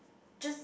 just